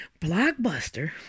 Blockbuster